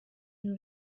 une